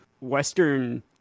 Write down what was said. Western